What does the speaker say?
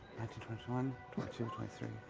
twenty one, twenty two, twenty three,